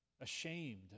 ashamed